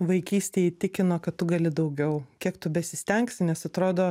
vaikystėj įtikino kad tu gali daugiau kiek tu besistengsi nes atrodo